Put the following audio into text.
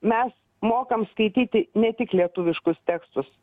mes mokam skaityti ne tik lietuviškus tekstus